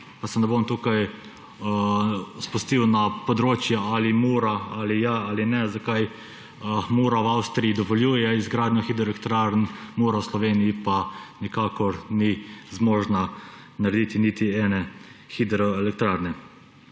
pa se ne bom tukaj spustil na področje, ali Mura ja ali ne, zakaj Mura v Avstriji dovoljuje izgradnje hidroelektrarn, Mura v Sloveniji pa nikakor ni zmožna narediti niti ene hidroelektrarne.